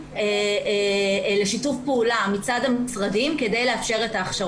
זקוקים לשיתוף פעולה מצד המשרדים כדי לאפשר את ההכשרות.